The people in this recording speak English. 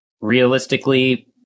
Realistically